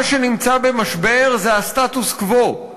מה שנמצא במשבר זה הסטטוס-קוו,